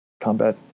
combat